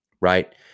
right